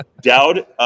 Dowd